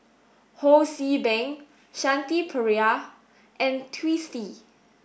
Ho See Beng Shanti Pereira and Twisstii